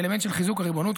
האלמנט של חיזוק הריבונות,